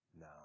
No